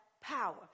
power